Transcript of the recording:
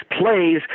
plays